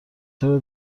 چرا